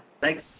Thanks